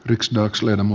yks draxler emu